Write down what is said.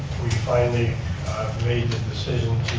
finally made the decision